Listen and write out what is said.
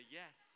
yes